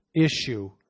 issue